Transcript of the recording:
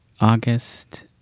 August